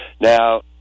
Now